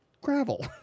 gravel